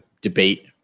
debate